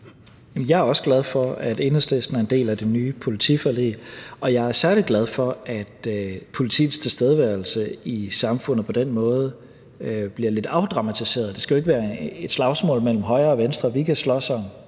Jeg er også glad for, at Enhedslisten er en del af det nye politiforlig, og jeg er særlig glad for, at politiets tilstedeværelse i samfundet på den måde bliver lidt afdramatiseret. Det skal jo ikke være et slagsmål mellem højre og venstre. Vi kan slås om